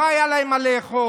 ולא היה להן מה לאכול.